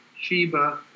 Sheba